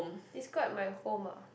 describe my home ah